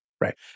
Right